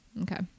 Okay